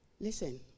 Listen